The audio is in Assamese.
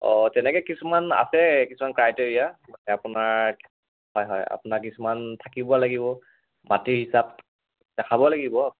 অঁ তেনেকৈ কিছুমান আছে কিছুমান ক্ৰাইটেৰিয়া আপোনাৰ হয় হয় আপোনাৰ কিছুমান থাকিব লাগিব মাটিৰ হিচাপ দেখাব লাগিব